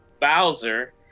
Bowser